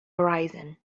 horizon